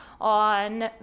on